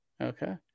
Okay